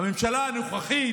הממשלה הנוכחית,